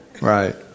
Right